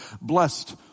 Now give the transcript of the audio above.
Blessed